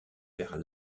vers